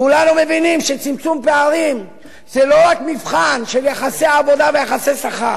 כולנו מבינים שצמצום פערים זה לא רק מבחן של יחסי עבודה ויחסי שכר.